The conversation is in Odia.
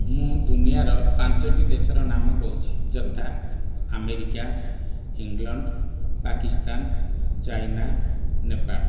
ମୁଁ ଦୁନିଆର ପାଞ୍ଚଟି ଦେଶର ନାମ କହୁଛି ଯଥା America England Pakistan China Nepal